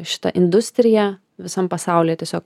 šita industrija visam pasauly tiesiog